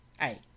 hey